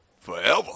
forever